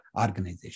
organization